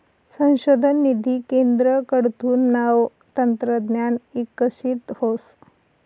संशोधन निधी केंद्रकडथून नवं तंत्रज्ञान इकशीत व्हस